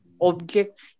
object